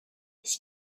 his